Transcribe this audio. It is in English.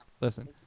Listen